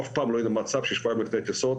אף פעם לא היה מצב ששבועיים לפני טיסות